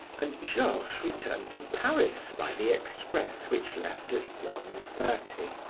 and georges returned to paris by the express which left at one-thirty.